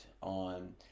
on